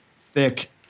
thick